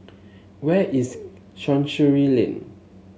where is Chancery Lane